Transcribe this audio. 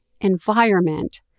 environment